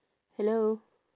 hello